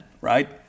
Right